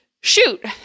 shoot